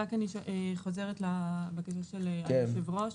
אני חוזרת לבקשת היושב-ראש.